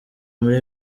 muri